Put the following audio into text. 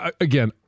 again